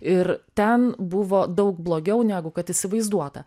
ir ten buvo daug blogiau negu kad įsivaizduota